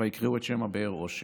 "ויקראו שם הבאר עשק",